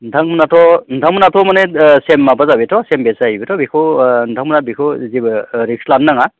नोंथांमोनाथ' माने सेम माबा जाबायथ' सेम बेथ्स जाहैबायथ' बेखौ नोंथांमोना बेखौ जेबो रिस्क लानो नाङा